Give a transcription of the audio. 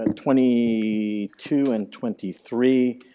um twenty two and twenty three,